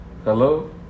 Hello